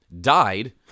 died